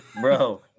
bro